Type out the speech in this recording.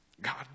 God